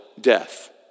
death